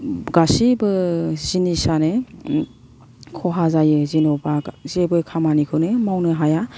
गासिबो जिनिसानो खहा जायो जेन'बा जेबो खामानिखौनो मावनो हाया